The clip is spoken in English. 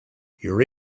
your